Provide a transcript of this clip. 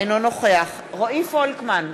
אינו נוכח רועי פולקמן,